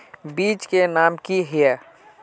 बीज के नाम की हिये?